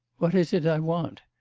what is it i want?